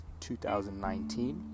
2019